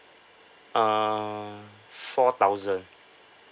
uh four thousand